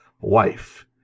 wife